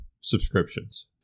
subscriptions